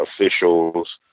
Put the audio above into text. officials